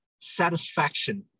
satisfaction